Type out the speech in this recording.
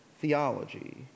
theology